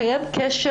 הוא צריך לקיים קשר,